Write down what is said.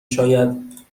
شاید